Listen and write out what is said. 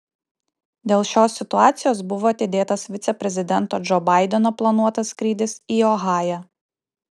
dėl šios situacijos buvo atidėtas viceprezidento džo baideno planuotas skrydis į ohają